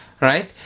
Right